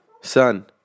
Son